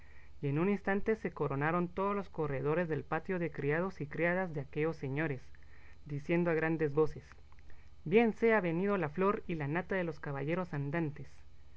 y en un instante se coronaron todos los corredores del patio de criados y criadas de aquellos señores diciendo a grandes voces bien sea venido la flor y la nata de los caballeros andantes